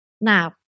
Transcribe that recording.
Now